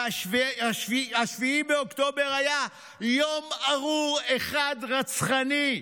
ו-7 באוקטובר היה יום ארור אחד רצחני.